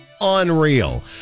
unreal